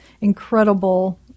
incredible